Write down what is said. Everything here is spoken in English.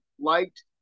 liked